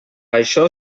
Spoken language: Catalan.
això